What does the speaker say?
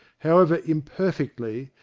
however im perfectly,